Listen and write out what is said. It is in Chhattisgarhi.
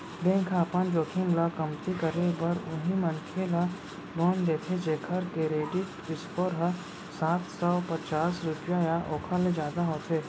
बेंक ह अपन जोखिम ल कमती करे बर उहीं मनखे ल लोन देथे जेखर करेडिट स्कोर ह सात सव पचास रुपिया या ओखर ले जादा होथे